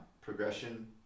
progression